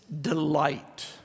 delight